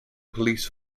police